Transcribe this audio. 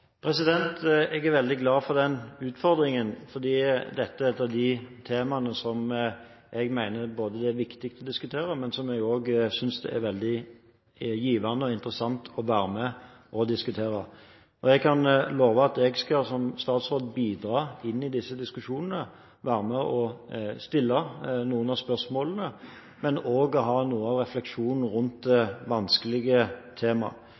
Jeg er veldig glad for den utfordringen, fordi dette er et av de temaene som jeg mener det er viktig å diskutere, og som jeg også synes er veldig givende og interessant å være med på å diskutere. Jeg kan love at jeg som statsråd skal bidra i disse diskusjonene, være med på å stille noen av spørsmålene og også ha noen refleksjoner rundt vanskelige tema.